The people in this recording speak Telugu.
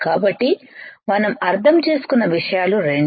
కాబట్టి మనం అర్థం చేసుకున్న విషయాలు రెండు